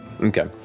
Okay